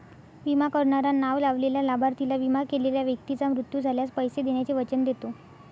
विमा करणारा नाव लावलेल्या लाभार्थीला, विमा केलेल्या व्यक्तीचा मृत्यू झाल्यास, पैसे देण्याचे वचन देतो